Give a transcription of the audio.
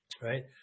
Right